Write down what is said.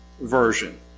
version